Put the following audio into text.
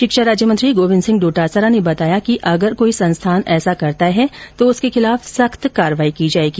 शिक्षा राज्य मंत्री गोविंद सिंह डोटासरा ने बताया कि अगर कोई संस्थान ऐसा करता है तो उसके खिलाफ सख्त कार्रवाई की जायेगी